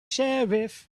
sheriff